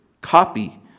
copy